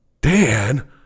Dan